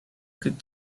could